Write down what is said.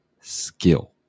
skill